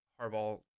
Harbaugh